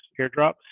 airdrops